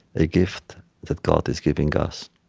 a gift that god is giving us.